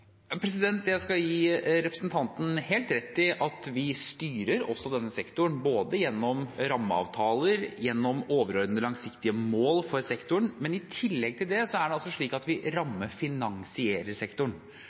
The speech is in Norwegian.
Jeg skal gi representanten helt rett i at vi også styrer denne sektoren både gjennom rammeavtaler og gjennom overordnede langsiktige mål for sektoren. I tillegg til det er det slik at vi